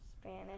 Spanish